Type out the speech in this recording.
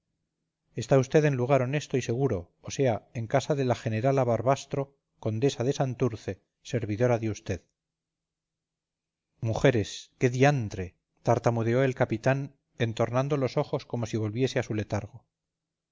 está usted en lugar honesto y seguro o sea en casa de la generala barbastro condesa de santurce servidora de usted mujeres qué diantre tartamudeó el capitán entornando los ojos como si volviese a su letargo